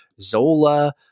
Zola